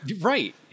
Right